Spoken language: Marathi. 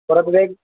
बरं अजून काही